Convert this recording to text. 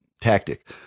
tactic